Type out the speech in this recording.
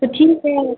तो ठीक है